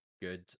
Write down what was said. good